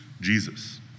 Jesus